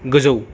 गोजौ